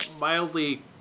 mildly